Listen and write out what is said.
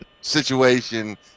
situation